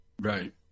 Right